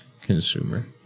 consumer